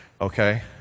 okay